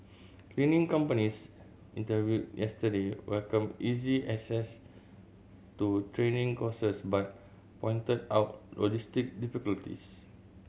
cleaning companies interviewed yesterday welcomed easy access to training courses but pointed out logistical difficulties